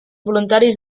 voluntaris